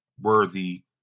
Worthy